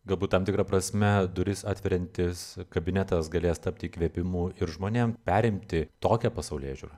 galbūt tam tikra prasme duris atveriantis kabinetas galės tapti įkvėpimu ir žmonėm perimti tokią pasaulėžiūrą